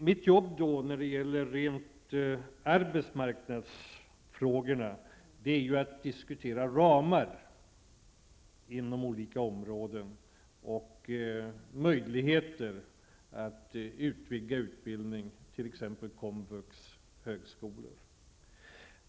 Min uppgift när det gäller just arbetsmarknadsfrågor är att diskutera ramar inom olika områden och möjligheter att utvidga utbildning, t.ex. komvux och högskolor.